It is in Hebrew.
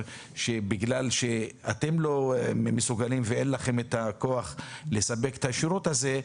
שבגלל שאתם לא מסוגלים ואין לכם את הכוח לספק את השירות הזה,